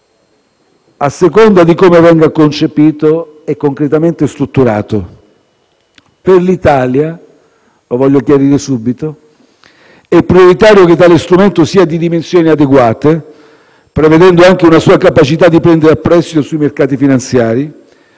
a seconda di come venga concepito e concretamente strutturato. Per l'Italia - lo voglio chiarire subito - è prioritario che tale strumento sia di dimensioni adeguate, prevedendo anche una sua capacità di prendere a prestito sui mercati finanziari,